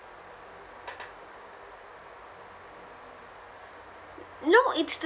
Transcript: no it's the